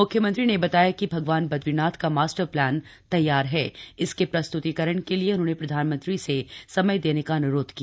म्ख्यमंत्री ने बताया कि भगवान बद्रीनाथ का मास्टर प्लान तैयार है इसके प्रस्त्तिकरण के लिए उन्होंने प्रधानमंत्री से समय देने का अनुरोध किया